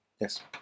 Yes